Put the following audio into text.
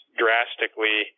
drastically